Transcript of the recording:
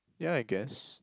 ya I guess